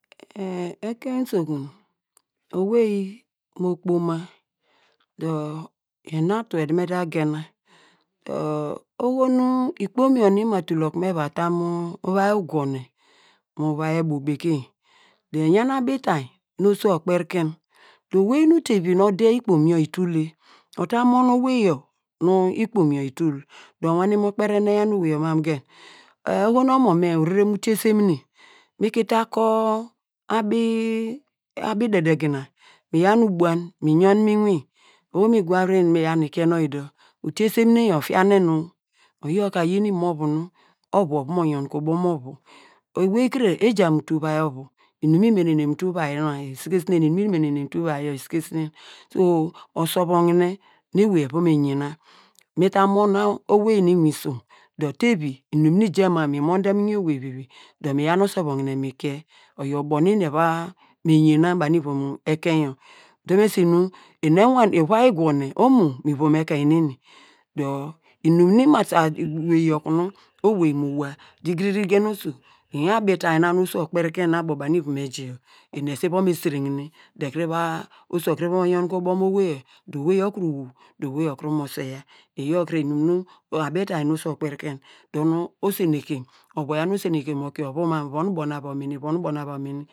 ekein usokun, owey mo kpoma dor ena tu yor me ta gena dor oho nu ikpom yor nu ima tul oku nu me va temu uvai ugronem, mu uvai ebu bekeny do iyan abitainy nu oso okperiken dor owey nu tevi nu ode nepom yor itule, uta mon owey yor nu ikpom yor itul, dor uwane mu kperi enu eyan owey yor mam mu gen oho nu omo me orere mu utie semine mi ki la kor abi dedegina miyau nu ubuan mi yon mu inwin dor oho no mi gwaviri mi yon mu inwin dor oho no mi gwaviri mi yaw nu mi kien nor oyi, utiye semineyo ofina en- o, oyo ka oyin imovu ovu, ova mo yon ke ubo mu ovv, ewey kiri eja mu utu uvai ovu, inum nu mi menene mu utu uvai na yaw isike sinen, imum mu minene mu utu uvai na isike sinen so osor vogne nu eni evon me yena, nuta mon owei nj inwin ison dor tevi inum nu ija ma min monde mu inwin owey vivi dor inum nu ija ma mi yaw nu osor vogne mi kie, oyor ubo nu eni eva me yena banu ivom ekein utum esi nu eni ewane uvai ugwo nem omo baw ivom ekein neni dor inum mu sa ta yi inum nu owei mo wua dor igiriri gena oso inwin abitainy nu oso okperiken nu abo baw nu ivom eji eni esu von me siregne be ekuru va oso okuru va yon ken mu ubo mu owei yor dor oweryor okuru wu, dor oney okuru mo sweiya, iyor kre inum mi, abitainy nu oso okperiken dor nu osenekem, ovu oyan osene kem mo kie ovu mam mu von ubo na mene, von ubo na va mene.